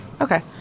Okay